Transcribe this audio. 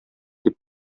дип